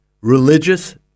religious